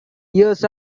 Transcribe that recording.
years